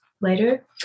later